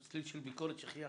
צליל של ביקורת על כך שחייכתי.